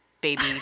baby